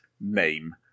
name